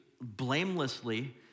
blamelessly